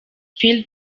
phil